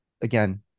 again